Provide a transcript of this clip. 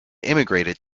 immigrated